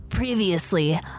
Previously